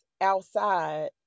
outside